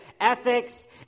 ethics